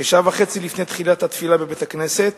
כשעה וחצי לפני תחילת התפילה בבית-הכנסת.